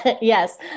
Yes